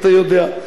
אתה יודע,